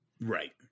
right